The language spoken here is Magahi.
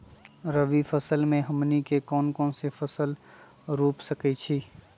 रबी फसल में हमनी के कौन कौन से फसल रूप सकैछि?